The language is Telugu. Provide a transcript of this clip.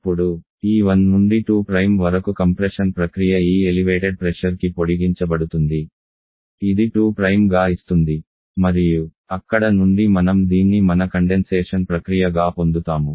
ఇప్పుడు ఈ 1 నుండి 2 వరకు కంప్రెషన్ ప్రక్రియ ఈ ఎలివేటెడ్ ప్రెషర్కి పొడిగించబడుతుంది ఇది 2గా ఇస్తుంది మరియు అక్కడ నుండి మనం దీన్ని మన కండెన్సేషన్ ప్రక్రియ గా పొందుతాము